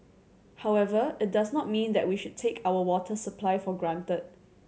however it does not mean that we should take our water supply for granted